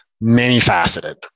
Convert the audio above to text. many-faceted